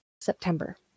September